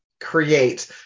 create